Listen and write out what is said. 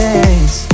Days